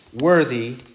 worthy